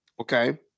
Okay